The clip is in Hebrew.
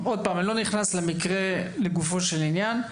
אני לא נכנס למקרה לגופו של עניין.